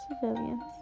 civilians